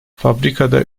fabrikada